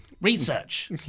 Research